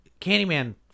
Candyman